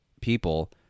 people